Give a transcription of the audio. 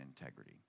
integrity